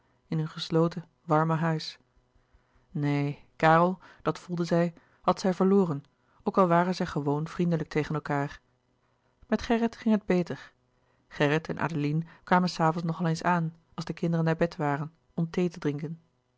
in hun gesloten warme huis neen karel dat voelde zij had zij verloren ook al waren zij gewoon vriendelijk tegen elkaâr met gerrit ging het beter gerrit en adeline kwamen s avonds nog al eens aan als de kinderen naar bed waren om thee te drinken